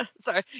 sorry